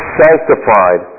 sanctified